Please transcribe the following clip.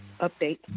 update